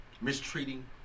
mistreating